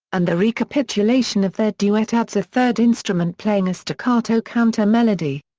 and the recapitulation of their duet adds a third instrument playing a staccato counter-melody.